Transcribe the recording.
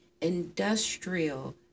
industrial